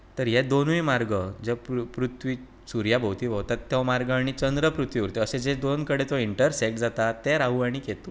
तर हे दोनूय मार्ग जे पृथ्वी सुर्या भोंवती घुंवतात तो मार्ग आनी चंद्र पृथ्वी भोंवती अशे दोन कडेन जो इंटरसॅक्ट जाता ते राहू आनी केतू